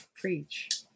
Preach